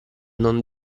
non